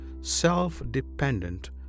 self-dependent